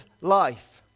life